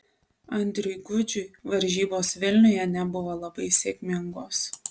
andriui gudžiui varžybos vilniuje nebuvo labai sėkmingos